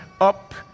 up